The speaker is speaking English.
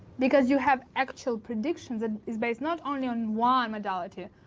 because you have actual predictions that is based not only on one modality,